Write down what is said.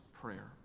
prayer